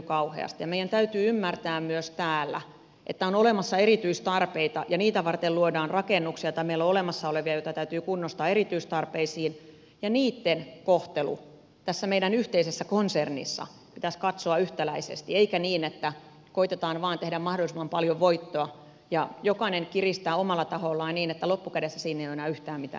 meidän täytyy ymmärtää myös täällä että on olemassa erityistarpeita ja niitä varten luodaan rakennuksia tai meillä on olemassa olevia joita täytyy kunnostaa erityistarpeisiin ja niitten kohtelua tässä meidän yhteisessä konsernissamme pitäisi katsoa yhtäläisesti eikä niin että koetetaan vaan tehdä mahdollisimman paljon voittoa ja jokainen kiristää omalla tahollaan niin että loppukädessä siinä ei ole enää yhtään mitään järkeä